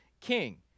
king